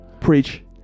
preach